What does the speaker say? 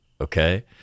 Okay